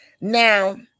Now